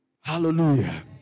hallelujah